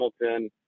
Hamilton